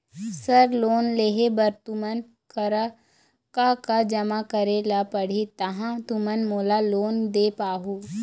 Sir loan लेहे बर तुमन करा का का जमा करें ला पड़ही तहाँ तुमन मोला लोन दे पाहुं?